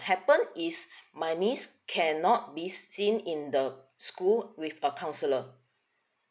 happen is my niece cannot be seen in the school with a counsellor